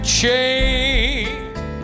change